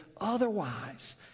otherwise